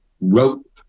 wrote